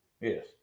Yes